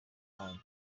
hanyu